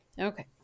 Okay